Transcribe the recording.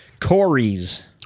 Corey's